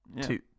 Two